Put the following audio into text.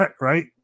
right